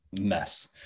mess